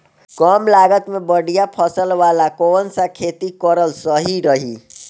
कमलागत मे बढ़िया फसल वाला कौन सा खेती करल सही रही?